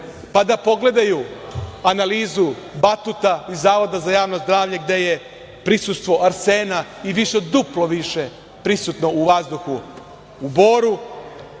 pa da pogledaju analizu Batuta i Zavoda za javno zdravlje gde je prisustvo arsena i duplo više prisutno u vazduhu u Boru,